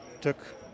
took